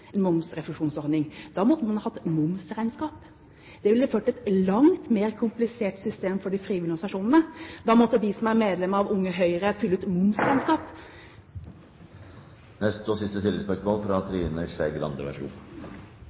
måtte man hatt momsregnskap. Det ville ført til et langt mer komplisert system for de frivillige organisasjonene. Da måtte de som er medlem av Unge Høyre, fylle ut momsregnskap.